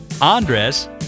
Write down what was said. Andres